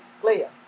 clear